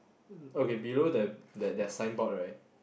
okay below that that that signboard right